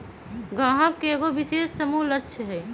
गाहक के एगो विशेष समूह लक्ष हई